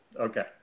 okay